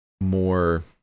more